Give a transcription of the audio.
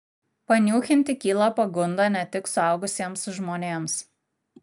paniūchinti kyla pagunda ne tik suaugusiems žmonėms